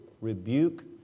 rebuke